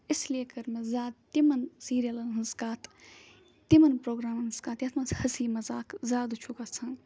اِسلیے کٔر مےٚ زیادٕ تِمَن سیٖریلَن ہٕنٛز کَتھ تِمَن پرٛوگرامَن ہٕنٛز کَتھ یَتھ منٛز ہسی مزاق زیادٕ چھُ گَژھان